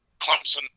Clemson